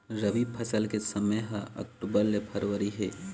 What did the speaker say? रबी फसल के समय ह अक्टूबर ले फरवरी हे